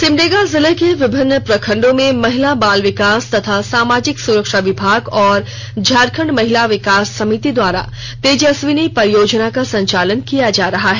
सिमडेगा जिले के विभिन्न प्रखंडों में महिला बाल विकास तथा सामाजिक सुरक्षा विभाग और झारखंड महिला विकास समिति द्वारा तेजस्विनी परियोजना का संचालन किया जा रहा है